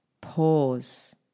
Pause